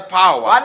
power